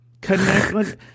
Connect